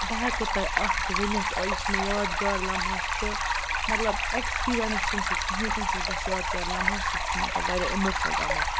بہٕ ہیٚکو تۄہہِ اَکھ ؤنِتھ یُس مےٚ یادگار لَمحہ چھُ مطلَب ایٚکسپیٖریَنٕس چھِنہٕ سُہ کِہیٖنۍ تہِ سُہ چھُ بَس یادگار لَمحہ سُہ چھُ مطلب واریاہ اِموشنَل لَمحہ